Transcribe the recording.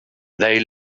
they